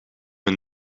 een